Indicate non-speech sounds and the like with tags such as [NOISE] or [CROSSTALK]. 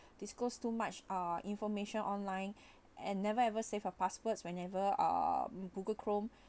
disclose too much uh information online [BREATH] and never ever save your passwords whenever um google chrome